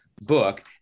book